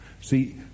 See